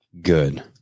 Good